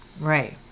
Right